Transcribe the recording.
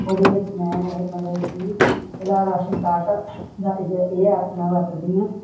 ਉਹਦੇ ਵਿੱਚ ਮੈਂ ਮਤਲਬ ਕਿ ਇਹਦਾ ਰਾਸ਼ਨ ਕਾਰਟ ਦਾ ਇਹ ਜਿ ਇਹ ਐਪ ਮੈਂ ਵਰਤਦੀ ਹਾਂ